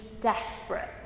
desperate